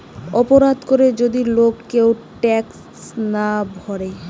অপরাধ করে যদি লোক কেউ ট্যাক্স না ভোরে